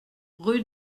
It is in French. rue